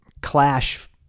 clash